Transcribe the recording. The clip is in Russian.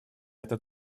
этот